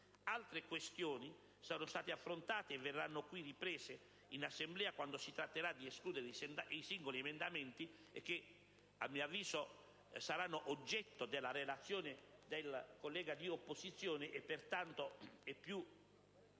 Altre questioni sono state affrontate e verranno riprese qui in Assemblea quando si tratterà di discutere i singoli emendamenti, che a mio avviso saranno oggetto dell'intervento del collega di opposizione, per cui è più